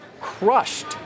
crushed